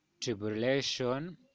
tribulation